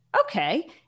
okay